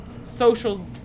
social